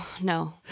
no